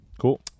Cool